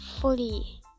fully